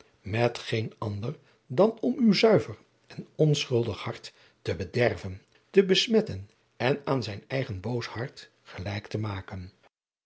met geen ander dan om uw zuiver en onschuldig hart te bederven te besmetten en aan zijn eigen boos hart gelijk te maken